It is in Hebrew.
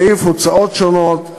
בסעיף הוצאות שונות,